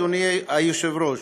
אדוני היושב-ראש,